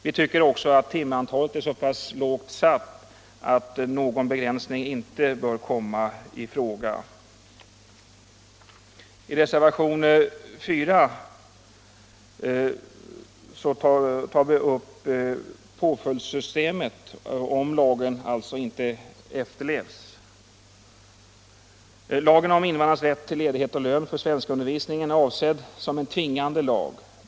Vi tycker dessutom att timantalet är så pass litet att någon begränsning inte bör komma i fråga: I reservationen 4 tar vi upp påföljdssystemet för den händelse lagen inte efterlevs. Lagen om invandrarnas rätt till ledighet och lön för svenskundervisning är avsedd som en tvingande lag.